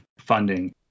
funding